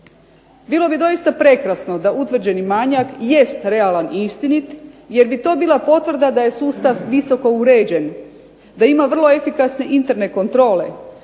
Bilo bi doista prekrasno da utvrđeni manjak jest realan i istinit jer bi to bila potvrda da je sustav visoko uređen, da ima vrlo efikasne interne kontrole.